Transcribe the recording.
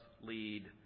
lead